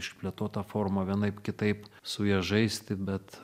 išplėtota forma vienaip kitaip su ja žaisti bet